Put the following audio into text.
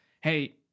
hey